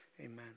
amen